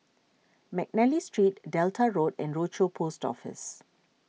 McNally Street Delta Road and Rochor Post Office